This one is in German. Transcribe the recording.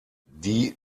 die